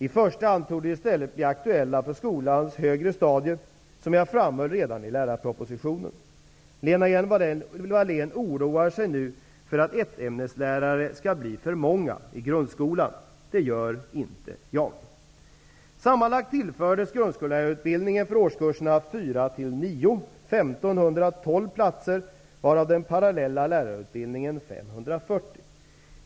I första hand torde de i stället bli aktuella för skolans högre stadier, vilket jag framhöll redan i lärarpropositionen. Lena Hjelm Wallén oroar sig nu för att ett-ämneslärarna skall bli för många i grundskolan. Det gör inte jag. grundskollärarutbildningen 1 512 platser, varav den parallella lärarutbildningen 540.